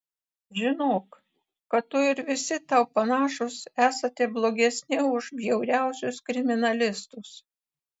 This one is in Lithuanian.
žinok kad tu ir visi tau panašūs esate blogesni už bjauriausius kriminalistus